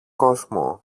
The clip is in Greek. κόσμο